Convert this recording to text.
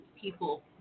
people